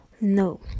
No